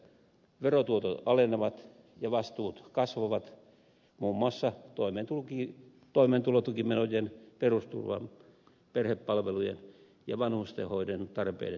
verotuotot alenevat ja vastuut kasvavat muun muassa toimeentulotukimenojen perusturvan perhepalvelujen ja vanhustenhoidon tarpeiden kasvaessa